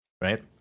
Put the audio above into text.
right